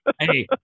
Hey